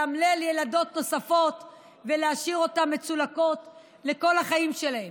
לאמלל ילדות נוספות ולהשאיר אותן מצולקות לכל החיים שלהן.